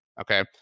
okay